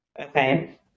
Okay